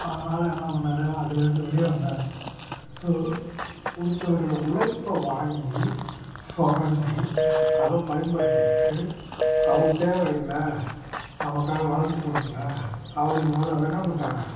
அதனால என்ன பண்ணார் அதுலேருந்து வெளியே வந்தார் ஸோ ஒருத்தருடைய உழைப்ப வாங்கி சுரண்டி அதை பயன்படுத்திக்கிட்டு அவர் தேவையில்லை நமக்காக வளைஞ்சி கொடுக்கல அப்படிங்கும் போது அதை என்ன பண்ணிட்டாங்க